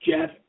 Jeff